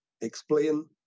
explain